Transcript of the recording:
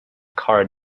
car